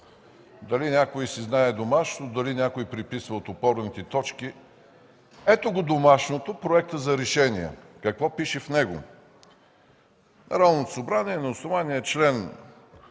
дали някой си знае домашното, дали преписва от опорните точки – ето Ви домашното, Проекта за решение. Какво пише в него? „Народното събрание на основание чл.